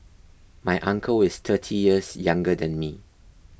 my uncle is thirty years younger than me